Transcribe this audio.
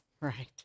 Right